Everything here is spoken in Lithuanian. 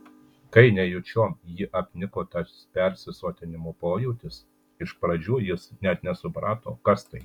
kai nejučiom jį apniko tas persisotinimo pojūtis iš pradžių jis net nesuprato kas tai